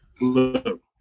Look